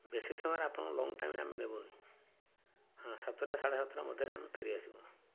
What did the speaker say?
ବେଶି ସମୟରେ ଆପଣଙ୍କ ଲଙ୍ଗ୍ ଟାଇମ୍ରେ ଆମେ ନେବୁନି ସାତଟା ସାଢ଼େ ସାତଟା ମଧ୍ୟରେ ଆମେ ଫେରି ଆସିବୁ